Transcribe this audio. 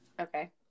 Okay